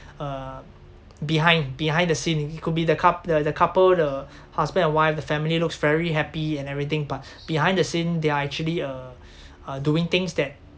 uh behind behind the scene it could be the coup~ the the couple the husband and wife the family looks very happy and everything but behind the scene they are actually uh uh doing things that